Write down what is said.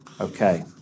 Okay